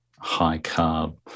high-carb